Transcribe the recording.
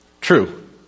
true